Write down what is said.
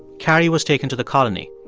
carrie was taken to the colony.